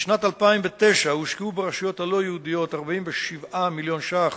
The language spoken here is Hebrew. בשנת 2009 הושקעו ברשויות הלא-יהודיות 47 מיליון ש"ח